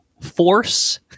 force